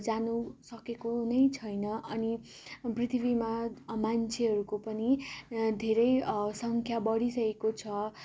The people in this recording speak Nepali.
जानु सकेको नै छैन अनि पृथ्वीमा मान्छेहरूको पनि धेरै सङ्ख्या बढिसकेको छ